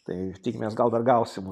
tai tikimės gal dar gausim